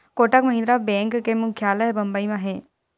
Kotak Mahindra bank के मुख्यालय ह बंबई म हे